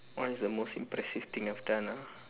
what is the most impressive thing I've done ah